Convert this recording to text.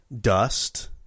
Dust